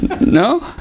no